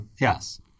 Yes